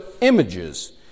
images